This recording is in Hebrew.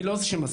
אני לא זה שמסב,